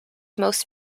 most